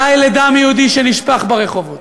די לדם יהודי שנשפך ברחובות.